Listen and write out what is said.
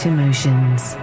Emotions